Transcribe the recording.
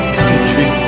country